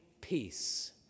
peace